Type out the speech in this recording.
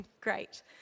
Great